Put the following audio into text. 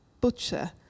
butcher